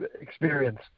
experience